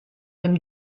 dem